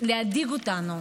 להדאיג אותנו.